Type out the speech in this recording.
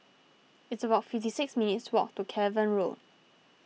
it's about fifty six minutes' walk to Cavan Road